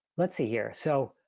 let's see here. so,